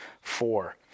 four